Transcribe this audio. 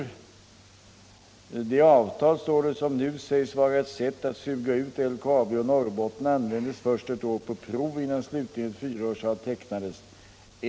I artikeln heter det: ”Det avtal, som nu sägs vara ett sätt att suga ut LKAB och Norrbotten, användes först ett år på prov, innan slutligen ett fyraårsavtal tecknades.